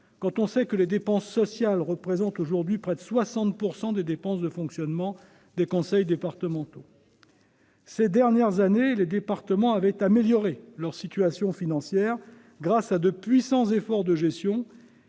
d'autant que les dépenses sociales représentent aujourd'hui près de 60 % des dépenses de fonctionnement des conseils départementaux. Ces dernières années, les départements avaient pourtant amélioré leur situation financière, grâce à de puissants efforts de gestion